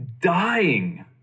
dying